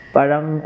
parang